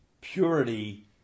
purity